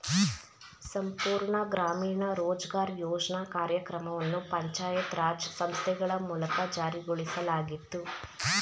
ಸಂಪೂರ್ಣ ಗ್ರಾಮೀಣ ರೋಜ್ಗಾರ್ ಯೋಜ್ನ ಕಾರ್ಯಕ್ರಮವನ್ನು ಪಂಚಾಯತ್ ರಾಜ್ ಸಂಸ್ಥೆಗಳ ಮೂಲಕ ಜಾರಿಗೊಳಿಸಲಾಗಿತ್ತು